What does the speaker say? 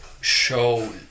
show